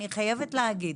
אני חייבת להגיד,